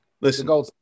Listen